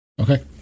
Okay